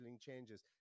changes